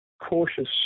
cautious